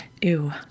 Ew